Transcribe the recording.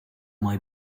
might